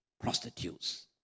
prostitutes